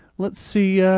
let's see, yeah